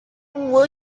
will